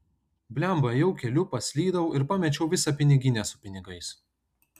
blemba ėjau keliu paslydau ir pamečiau visą piniginę su pinigais